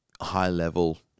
high-level